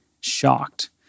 shocked